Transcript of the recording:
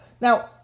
Now